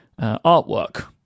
artwork